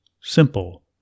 Simple